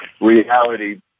reality